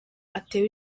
atewe